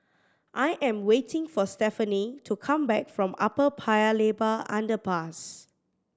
I am waiting for Stefanie to come back from Upper Paya Lebar Underpass